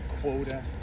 quota